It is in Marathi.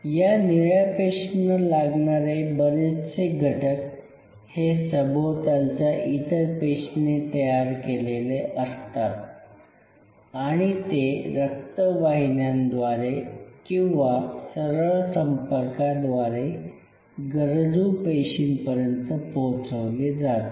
या निळ्या पेशींना लागणारे बरेचसे घटक हे सभोवतालच्या इतर पेशींनी तयार केलेले असते आणि ते रक्तवाहिन्यांद्वारे किंवा सरळ संपर्काद्वारे गरजू पेशींपर्यंत पोहोचवले जातात